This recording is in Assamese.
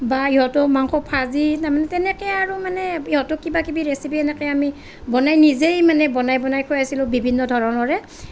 বা ইহঁতক মাংস ভাজি তাৰমানে তেনেকে আৰু মানে ইহঁতক কিবা কিবি ৰেচিপি সেনেকে আমি বনাই নিজেই মানে বনাই বনাই খুৱাইছিলোঁ বিভিন্ন ধৰণৰে